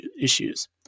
issues